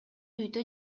үйдө